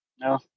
No